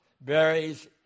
berries